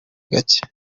gake